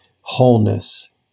wholeness